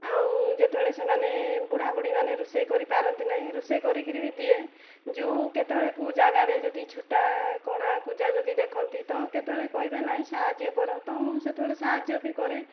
ଆଉ ଯେତେବେଳେ ସେମାନେ ବୁଢ଼ା ବୁଢ଼ୀମାନେ ରୋଷେଇ କରିପାରନ୍ତି ନାହିଁ ରୋଷେଇ କରିକରି ବି ଦିଏ ଯେଉଁ କେତେବେଳେ କେଉଁ ଯାଗାରେ ଯଦି ଛୋଟା କଣା କୁଜା ଯଦି ଦେଖନ୍ତି କେତେବେଳେ କହିବେ ନାହିଁ ସାହାଯ୍ୟ କର ତ ମୁଁ ସେତେବେଳେ ସାହାଯ୍ୟ ବି କରେ